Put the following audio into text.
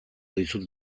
dizut